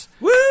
Woo